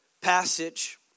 passage